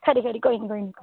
खरी खरी कोई निं कोई निं